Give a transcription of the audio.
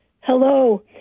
Hello